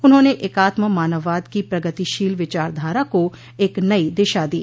उन्होंने एकात्म मानववाद की प्रगतिशील विचारधारा को एक नई दिशा दी